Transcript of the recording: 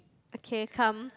okay come